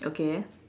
okay